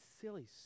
silly